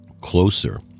closer